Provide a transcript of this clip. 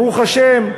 ברוך השם,